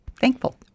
thankful